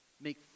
Make